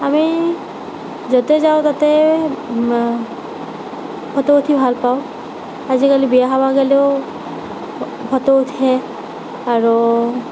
আমি য'তে যাওঁ ত'তে ফটো উঠি ভালপাওঁ আজিকালি বিয়া খাব গ'লেও ফটো উঠে আৰু